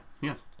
Yes